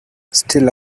still